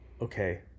Okay